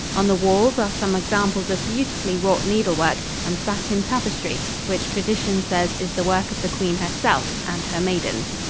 on the walls are some examples of beautifully wrought needlework and satin tapestry which tradition says is the work of the queen herself and her maidens.